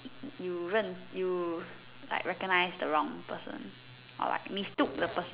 you learn you like recognize the wrong person or what mistook the person